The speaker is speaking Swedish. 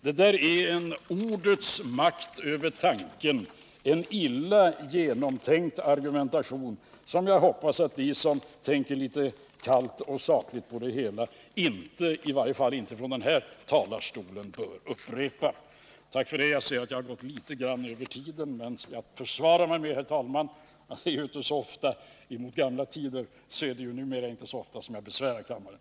Det där är en ordets makt över tanken, en illa genomtänkt argumentation, som jag hoppas att de som tänker litet kallt och sakligt på det hela i varje fall inte från den här talarstolen kommer att upprepa. Jag ser att det har gått litet grand över tiden, men jag försvarar mig, herr talman, med att det nu inte i förhållande till gamla tider är så ofta som jag besvärar kammaren.